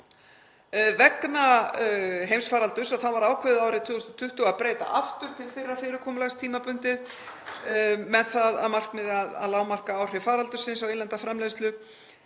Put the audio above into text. Vegna heimsfaraldurs var ákveðið árið 2020 að breyta aftur til fyrra fyrirkomulags tímabundið með það að markmiði að lágmarka áhrif faraldursins á innlenda framleiðslu